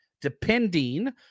depending